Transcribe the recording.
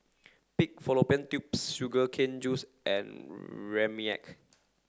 pig fallopian tubes sugar cane juice and Rempeyek